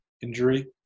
injury